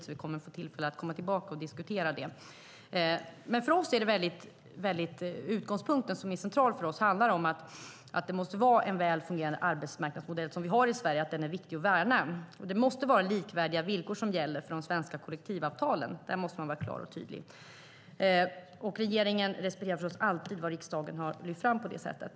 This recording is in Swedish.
Vi kommer alltså att få tillfälle att komma tillbaka och diskutera det. Utgångspunkten, som för oss är central, är att det måste finnas en väl fungerande arbetsmarknadsmodell. Det har vi i Sverige, och den är viktig att värna. Likvärdiga villkor måste gälla för de svenska kollektivavtalen. Där måste man vara klar och tydlig. Regeringen respekterar förstås alltid det som riksdagen lyfter fram på det sättet.